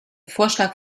vorschlag